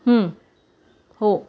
हो